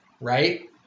right